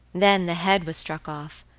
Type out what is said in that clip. then the head was struck off,